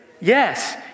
Yes